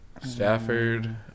Stafford